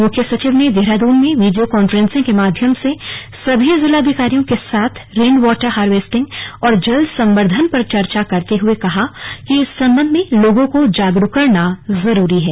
मुख्य सचिव ने देहरादून में वीडियो कॉन्फ्रेंसिंग के माध्यम से सभी जिलाधिकारियों के साथ रेन वाटर हार्वेस्टिंग और जल संवर्दधन पर चर्चा करते हुए कहा कि इस संबंध में लोगों को जागरूक करना जरूरी है